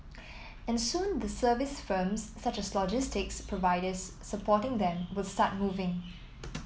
and soon the service firms such as logistics providers supporting them will start moving